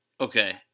Okay